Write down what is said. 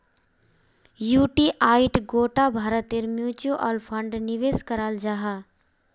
युटीआईत गोटा भारतेर म्यूच्यूअल फण्ड निवेश कराल जाहा